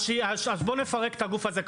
אז בוא נפרק את הגוף הזה.